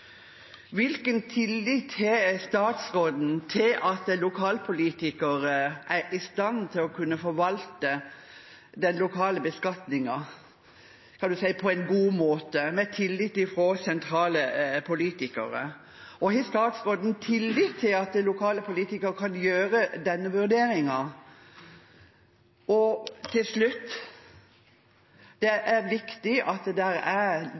Hvilken tillit har statsråden til at lokalpolitikere er i stand til å kunne forvalte den lokale beskatningen på en god måte med tillit fra sentrale politikere? Har statsråden tillit til at lokale politikere kan gjøre denne vurderingen? Og til slutt: Det er viktig at det er